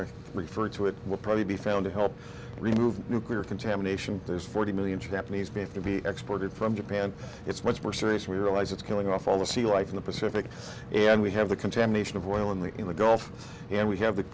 to refer to it will probably be found to help remove nuclear contamination there's forty million chap and he's paid to be exported from japan it's much more serious we realize it's killing off all the sea life in the pacific and we have the contamination of oil in the in the gulf and we have the